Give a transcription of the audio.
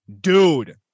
Dude